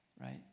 right